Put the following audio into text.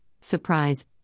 surprise